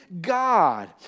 God